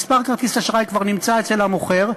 מספר כרטיס האשראי כבר נמצא אצל המוכר,